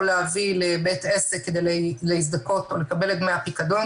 להביא לבית עסק כדי להזדכות ולקבל את דמי הפיקדון,